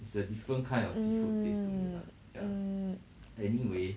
mm mm